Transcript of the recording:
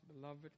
beloved